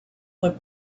were